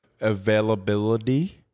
Availability